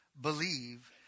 Believe